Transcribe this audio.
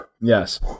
Yes